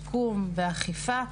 שיקום ואכיפה,